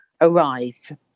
arrive